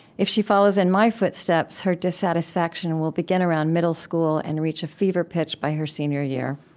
if she follows in my footsteps, her dissatisfaction will begin around middle school and reach a fever pitch by her senior year.